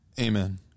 amen